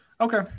Okay